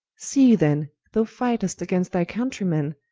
see then, thou fight'st against thy countreymen,